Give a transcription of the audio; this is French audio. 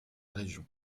région